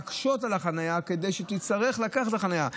להקשות על החניה כדי שתצטרך לקחת את החניה.